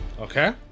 Okay